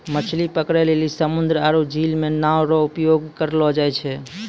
मछली पकड़ै लेली समुन्द्र आरु झील मे नांव रो उपयोग करलो जाय छै